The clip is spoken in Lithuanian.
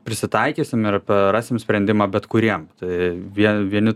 prisitaikysim ir rasim sprendimą bet kuriem tai vie vieni